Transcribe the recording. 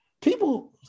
people